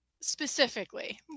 specifically